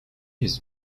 his